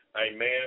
amen